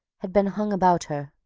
had been hung about her.